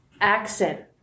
accent